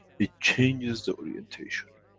it changes the orientation,